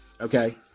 okay